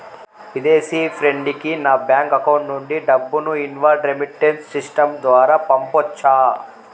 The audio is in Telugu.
విదేశీ ఫ్రెండ్ కి నా బ్యాంకు అకౌంట్ నుండి డబ్బును ఇన్వార్డ్ రెమిట్టెన్స్ సిస్టం ద్వారా పంపొచ్చా?